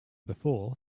before